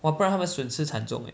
!wah! 不然他们损失惨重 leh